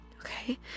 Okay